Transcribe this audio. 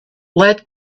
lead